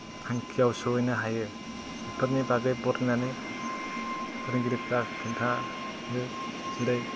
थांखियाव सहैनो हायो बेफोरनि बागै फरायनानै फोरोंगिरिफोरा खोन्थायो जेरै